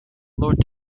lord